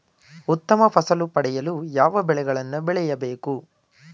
ಉತ್ತಮ ಫಸಲು ಪಡೆಯಲು ಯಾವ ಬೆಳೆಗಳನ್ನು ಬೆಳೆಯಬೇಕು?